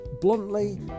Bluntly